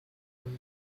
him